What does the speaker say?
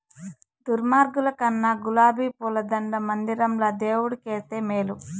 దుర్మార్గుల కన్నా గులాబీ పూల దండ మందిరంల దేవుడు కేస్తే మేలు